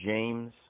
James